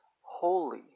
holy